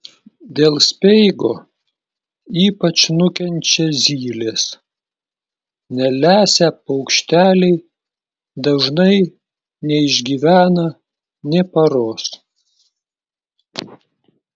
dėl speigo ypač nukenčia zylės nelesę paukšteliai dažnai neišgyvena nė paros